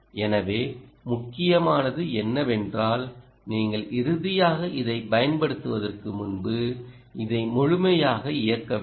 எனவே முக்கியமானது என்னவென்றால் நீங்கள் இறுதியாக இதைப் பயன்படுத்துவதற்கு முன்பு இதை முழுமையாக இயக்க வேண்டும்